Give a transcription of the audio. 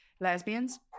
lesbians